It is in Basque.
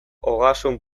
ogasun